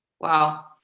Wow